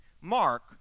Mark